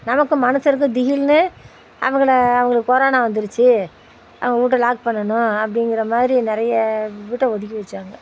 நமக்கு மனுசருக்குது திகில்னு அவங்கள அவங்களுக்கு கொரோனா வந்துருச்சு அவங்க வீட்ட லாக் பண்ணணும் அப்படிங்கிற மாதிரி நிறைய வீட்டை ஒதுக்கி வச்சாங்கள்